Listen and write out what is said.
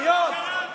היות,